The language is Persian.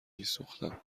میسوختم